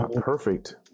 perfect